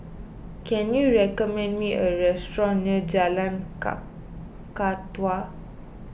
can you recommend me a restaurant near Jalan Kakatua